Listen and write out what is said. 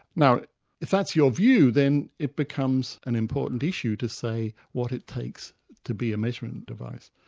now if that's your view, then it becomes an important issue to say what it takes to be a measuring device.